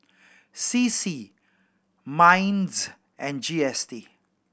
C C MINDS and G S T